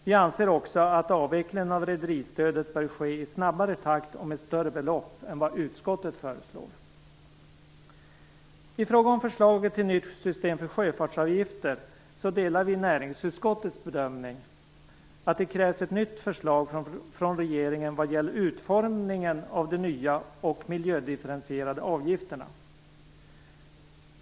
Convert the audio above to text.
Vi anser också att avvecklingen av rederistödet bör ske i snabbare takt och med större belopp än vad utskottet föreslår. I fråga om förslaget till nytt system för sjöfartsavgifter delar vi näringsutskottets bedömning att det krävs ett nytt förslag från regeringen vad gäller utformningen av de nya och miljödifferentierade avgifterna.